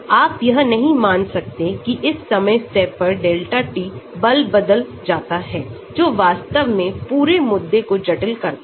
आप यह नहीं मान सकते कि इस समय स्टेप पर delta t बल बदल जाता है जो वास्तव में पूरे मुद्दे को जटिल करता है